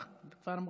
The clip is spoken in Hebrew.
אנחנו מכפר מע'אר.